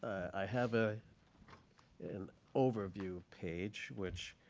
i have ah an overview page, which